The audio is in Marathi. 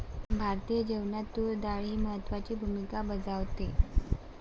भारतीय जेवणात तूर डाळ ही महत्त्वाची भूमिका बजावते